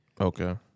Okay